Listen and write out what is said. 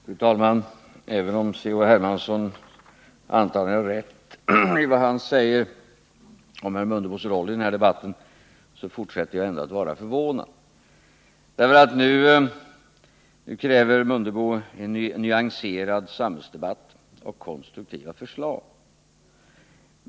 Fru talman! Även om C.-H. Hermansson antagligen har rätt i vad han säger om herr Mundebos roll i den här debatten, så fortsätter jag att vara förvånad. Nu kräver herr Mundebo en nyanserad samhällsdebatt och konstruktiva förslag.